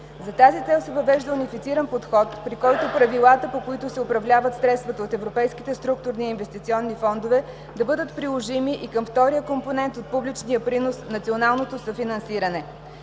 За тази цел се въвежда унифициран подход, при който правилата, по които се управляват средствата от европейските структурни и инвестиционни фондове, да бъдат приложими и към втория компонент от публичния принос – националното съфинансиране.